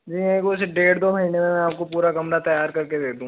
जी नहीं कुछ डेढ़ दो महीने में मैं आपको पूरा कमरा तैयार करके दे दूंगा